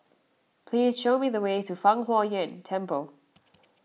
please show me the way to Fang Huo Yuan Temple